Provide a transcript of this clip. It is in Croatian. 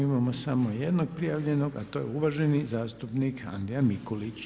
Imamo samo jednog prijavljenog, a to je uvaženi zastupnik Andrija Mikulić.